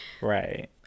right